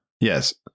Yes